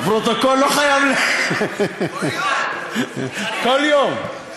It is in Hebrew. הפרוטוקול לא חייב, כל יום.